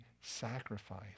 sacrifice